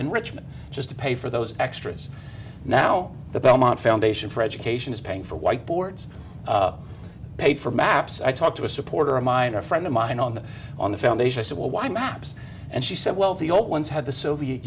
enrichment just to pay for those extras now the belmont foundation for education is paying for whiteboards paid for matt i talked to a supporter of mine a friend of mine on the on the foundation i said well why maps and she said well the old ones had the soviet